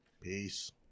peace